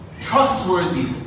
trustworthy